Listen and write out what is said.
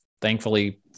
thankfully